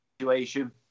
situation